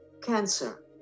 Cancer